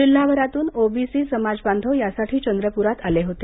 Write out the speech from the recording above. जिल्हाभरातून OBC समाज बांधव यासाठी चंद्रपुरात आले होते